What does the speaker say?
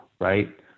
right